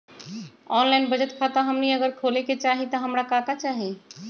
Online बचत खाता हमनी अगर खोले के चाहि त हमरा का का चाहि?